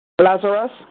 Lazarus